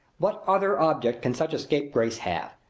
what other object can such a scapegrace have?